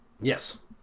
Yes